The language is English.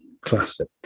classic